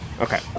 Okay